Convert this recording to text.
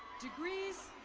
degrees